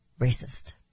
racist